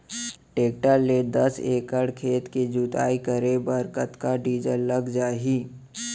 Tractor ले दस एकड़ खेत के जुताई करे बर कतका डीजल लग जाही?